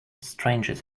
strangers